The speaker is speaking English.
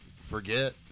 forget